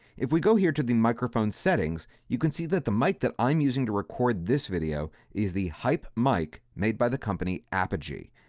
if we go here to the microphone settings, you can see that the mic that i'm using to record this video is the hype mic made by the company apogee.